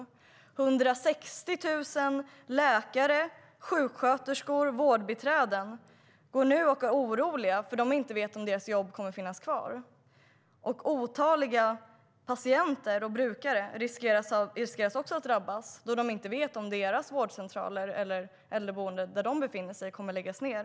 160 000 läkare, sjuksköterskor och vårdbiträden går nu och är oroliga eftersom de inte vet om deras jobb kommer att finnas kvar. Otaliga patienter och brukare riskerar också att drabbas då de inte vet om deras vårdcentraler eller äldreboenden kommer att läggas ned.